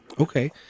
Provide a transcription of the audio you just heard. Okay